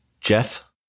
Jeff